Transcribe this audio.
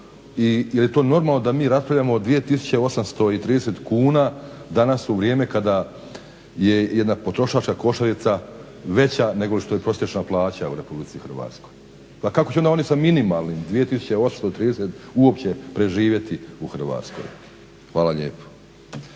i jel je to normalno da mi raspravljamo o 2830 kuna, danas u vrijeme kada je jedna potrošačka košarica veća nego što je prosječna plaća u RH. Pa kao će onda oni sa minimalnih 2830 uopće preživjeti u Hrvatskoj. Hvala lijepo.